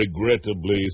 Regrettably